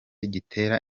gitera